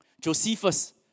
Josephus